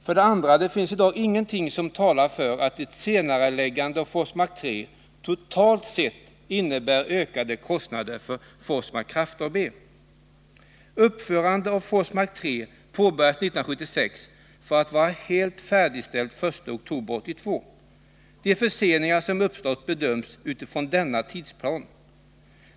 För det andra talar i dag ingenting för att ett senareläggande av Forsmark 3 totalt sett innebär ökade kostnader för Forsmarks Kraftgrupp AB. Forsmark 3 påbörjades 1976 för att vara helt färdigställt den 1 oktober 1982. De förseningar som uppstått bedöms utifrån denna tidsplan.